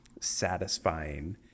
satisfying